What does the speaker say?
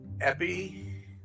Epi